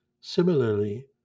Similarly